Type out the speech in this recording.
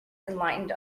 enlightened